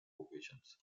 occasions